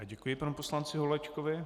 Děkuji panu poslanci Holečkovi.